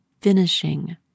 finishing